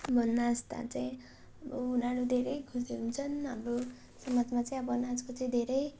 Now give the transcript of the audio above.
मनमा यस्ता चाहिँ अब उनीहरू धेरै खुसी हुन्छन् हाम्रो समाजमा चाहिँ अब नाचको चाहिँ धेरै